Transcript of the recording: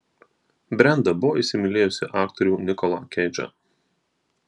brenda buvo įsimylėjusi aktorių nikolą keidžą